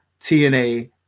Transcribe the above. tna